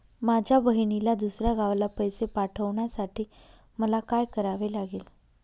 माझ्या बहिणीला दुसऱ्या गावाला पैसे पाठवण्यासाठी मला काय करावे लागेल?